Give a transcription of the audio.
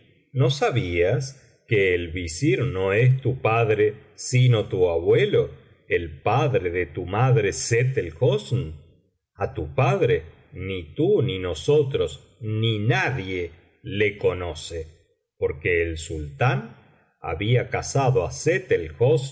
no sabías que el visir no es tu padre sino tu abuelo el padre de tu madre sett el hosn a tu padre ni tü ni nosotros ni nadie le conoce porque el sultán había casado á